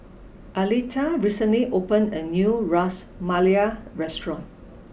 Aleta recently opened a new Ras Malai restaurant